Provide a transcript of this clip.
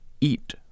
eat